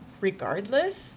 regardless